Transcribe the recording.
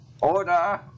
order